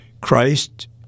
Christ